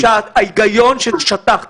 מה שאני אומר כאן זה שההיגיון ששטחת